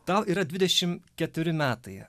tau yra dvidešimt keturi metai